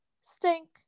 stink